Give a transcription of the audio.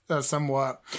Somewhat